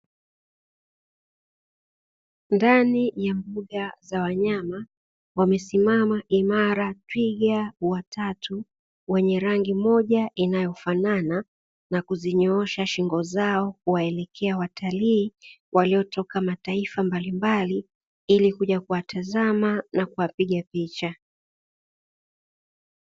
Ndani ya mbuga za wanyama wamesimama imara twiga watatu wenye rangi moja inayofanana, na kuzinyoosha shingo zao kuwaelekea watalii waliotoka mataifa mbalimbali ili kuja kuwatazama na kuwapiga picha.